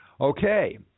Okay